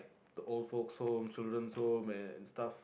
the old folks home children home and stuff